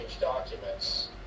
documents